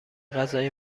غذای